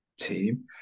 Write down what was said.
team